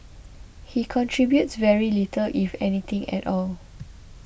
he contributes very little if anything at all